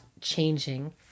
changing